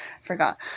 Forgot